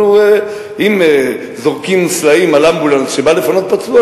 אם זורקים סלעים על אמבולנס שבא לפנות פצוע,